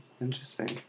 Interesting